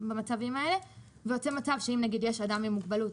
זה יוצר מצב שאם שני אנשים עם מוגבלות